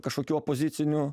kažkokių opozicinių